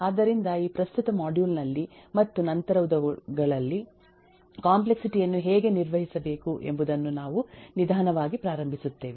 ಆದ್ದರಿಂದ ಈ ಪ್ರಸ್ತುತ ಮಾಡ್ಯೂಲ್ನಲ್ಲಿ ಮತ್ತು ನಂತರದವುಗಳಲ್ಲಿ ಕಾಂಪ್ಲೆಕ್ಸಿಟಿ ಯನ್ನು ಹೇಗೆ ನಿರ್ವಹಿಸಬೇಕು ಎಂಬುದನ್ನು ನಾವು ನಿಧಾನವಾಗಿ ಪ್ರಾರಂಭಿಸುತ್ತೇವೆ